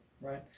right